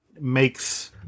makes